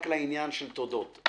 כעת אנחנו רק בתודות.